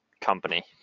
company